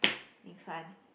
next one